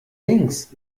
links